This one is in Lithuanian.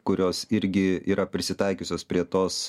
kurios irgi yra prisitaikiusios prie tos